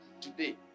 today